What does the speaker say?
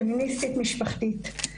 פמיניסטית משפחתית,